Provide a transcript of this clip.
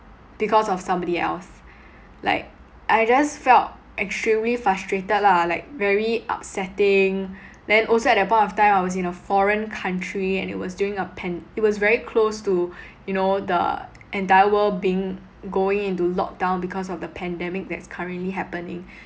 because of somebody else like I just felt extremely frustrated lah like very upsetting then also at that point of time I was in a foreign country and it was during a pan~ it was very close to you know the entire world being going into lock down because of the pandemic that's currently happening